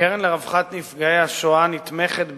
הקרן לרווחה לנפגעי השואה נתמכת,